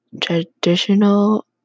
Traditional